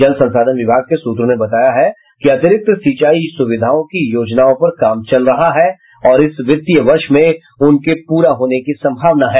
जल संसाधन विभाग के सूत्रों ने बताया है कि अतिरिक्त सिंचाई सुविधाओं की योजनाओं पर काम चल रहा है और इस वित्तीय वर्ष में उनके पूरा होने की संभावना है